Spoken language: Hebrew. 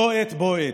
"לא עת בא עת"